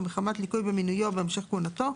או מחמת ליקוי במינויו או בהמשך כהונתו,